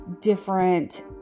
different